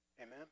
Amen